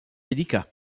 délicat